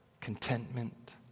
contentment